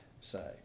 say